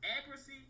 accuracy